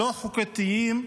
לא חוקתיים,